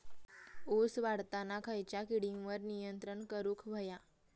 ऊस वाढताना खयच्या किडींवर नियंत्रण करुक व्हया?